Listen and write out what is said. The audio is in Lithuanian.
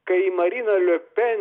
kai marina liopen